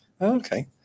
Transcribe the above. Okay